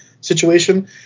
situation